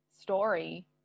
story